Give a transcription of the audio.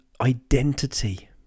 identity